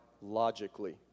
logically